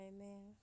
Amen